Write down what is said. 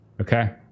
Okay